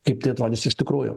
kaip tai atrodys iš tikrųjų